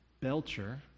Belcher